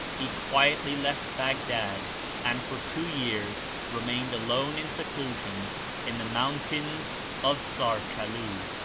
he quietly left baghdad and for two years re mained alone in seclusion in the mountains of sarkalu,